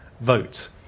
vote